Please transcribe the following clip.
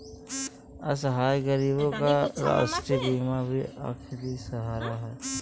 असहाय गरीबों का राष्ट्रीय बीमा ही आखिरी सहारा है